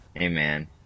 Amen